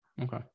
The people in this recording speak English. Okay